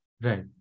Right